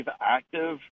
active